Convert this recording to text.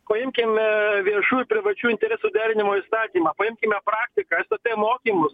paimkime viešų ir privačių interesų derinimo įstatymą paimkime praktiką stt mokymus